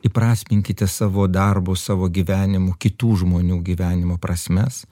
įprasminkite savo darbus savo gyvenimu kitų žmonių gyvenimo prasmes